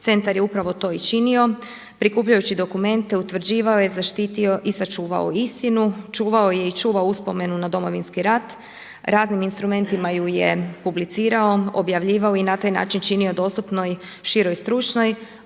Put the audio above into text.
Centar je upravo to i činio. Prikupljajući dokumente utvrđivao je zaštitio i sačuvao istinu, čuvao je i čuva uspomenu na Domovinski rat, raznim instrumentima ju je publicirao, objavljivao i na taj način činio dostupnom širom stručnoj